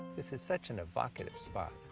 this is such an evocative spot.